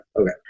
okay